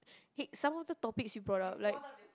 hey some of the topics you brought up like